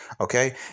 Okay